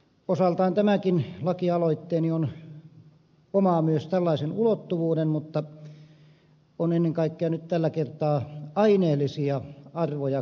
osaltaan tämäkin lakialoitteeni omaa myös tällaisen ulottuvuuden mutta on ennen kaikkea nyt tällä kertaa aineellisia arvoja koskettava